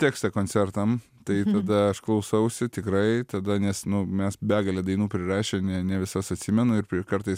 tekstą koncertam tai tada aš klausausi tikrai tada nes nu mes begalę dainų prirašę ne ne visas atsimenu ir kartais